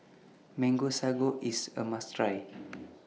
Mango Sago IS A must Try